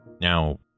Now